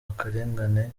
akarengane